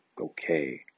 okay